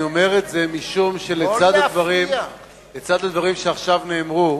אני אומר את זה, משום שלצד הדברים שעכשיו נאמרו,